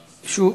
לוועדת,